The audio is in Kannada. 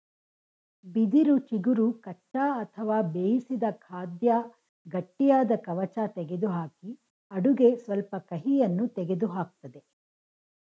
ಬಿದಿರು ಚಿಗುರು ಕಚ್ಚಾ ಅಥವಾ ಬೇಯಿಸಿದ ಖಾದ್ಯ ಗಟ್ಟಿಯಾದ ಕವಚ ತೆಗೆದುಹಾಕಿ ಅಡುಗೆ ಸ್ವಲ್ಪ ಕಹಿಯನ್ನು ತೆಗೆದುಹಾಕ್ತದೆ